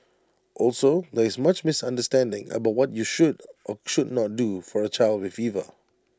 also there is much misunderstanding about what you should or should not do for A child with fever